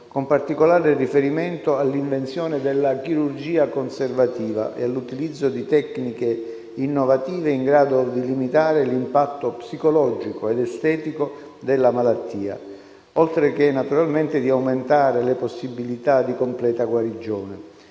con particolare riferimento all'invenzione della chirurgia conservativa e all'utilizzo di tecniche innovative in grado di limitare l'impatto psicologico ed estetico della malattia, oltre che naturalmente di aumentare le possibilità di completa guarigione.